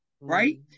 right